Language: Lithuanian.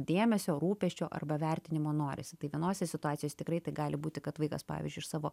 dėmesio rūpesčio arba vertinimo norisi tai vienose situacijose tikrai tai gali būti kad vaikas pavyzdžiui iš savo